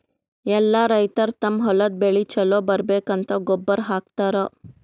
ಎಲ್ಲಾ ರೈತರ್ ತಮ್ಮ್ ಹೊಲದ್ ಬೆಳಿ ಛಲೋ ಬರ್ಬೇಕಂತ್ ಗೊಬ್ಬರ್ ಹಾಕತರ್